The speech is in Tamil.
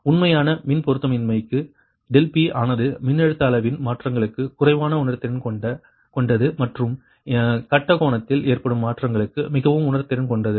உண்மையான மின் பொருத்தமின்மைக்கு ∆P ஆனது மின்னழுத்த அளவின் மாற்றங்களுக்கு குறைவான உணர்திறன் கொண்டது மற்றும் கட்ட கோணத்தில் ஏற்படும் மாற்றங்களுக்கு மிகவும் உணர்திறன் கொண்டது